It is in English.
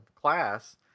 class